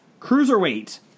Cruiserweight